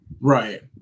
Right